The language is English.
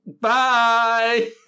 Bye